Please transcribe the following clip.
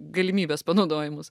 galimybes panaudojimus